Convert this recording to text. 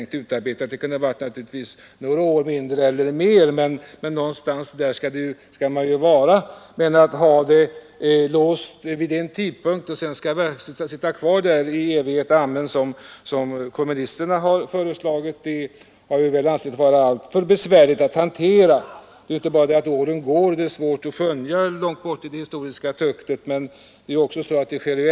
Det Torsdagen den kunde naturligtvis vara några år mer eller mindre, men någonstans skall 14 december 1972 gränsen gå. Att låsa sig vid en tid och sitta kvar där i evighet som kommunisterna har föreslagit, har vi ansett vara alltför besvärligt. Åren går, och det är svårt att skönja något långt bort i det historiska töcknet.